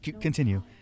continue